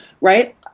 right